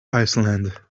iceland